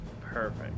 Perfect